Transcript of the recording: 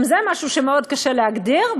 גם זה משהו שמאוד קשה להגדיר.